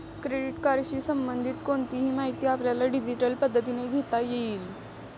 credit कार्डशी संबंधित कोणतीही माहिती आपल्याला डिजिटल पद्धतीने घेता येईल